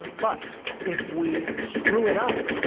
but if we screw it up,